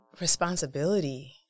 responsibility